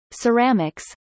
Ceramics